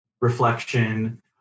reflection